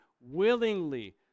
willingly